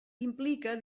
implica